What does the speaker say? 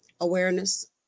Awareness